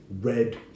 red